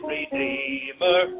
Redeemer